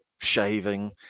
shaving